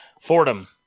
Fordham